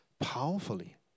powerfully